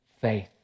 faith